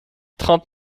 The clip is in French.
trente